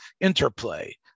interplay